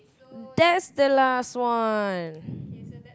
that's the last one